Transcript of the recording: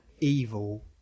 evil